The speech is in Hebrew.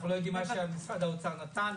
אנחנו לא יודעים מה משרד האוצר נתן?